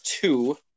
two